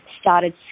started